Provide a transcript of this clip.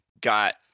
got